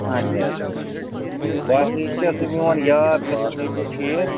اچھا اچھا باقٕے چھا سُہ میون یار ژےٚ سُم نیٚچِو چھُ یہِ